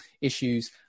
issues